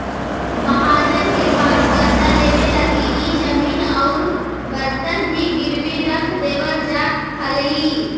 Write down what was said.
महाजन के पास कर्जा लेवे लगी इ जमीन औउर बर्तन भी गिरवी रख देवल जा हलई